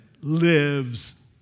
lives